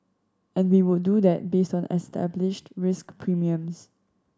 and we would do that based on established risk premiums